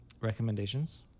recommendations